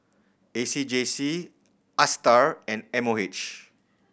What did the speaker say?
A C J C Astar and M O H